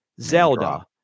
Zelda